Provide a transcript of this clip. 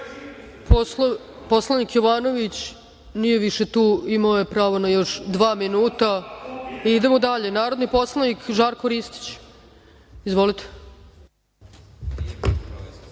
vam. Poslanik Jovanović nije više tu. Imao je pravo na još dva minuta. Idemo dalje. Narodni poslanik Žarko Ristić. Izvolite.